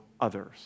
others